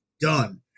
Done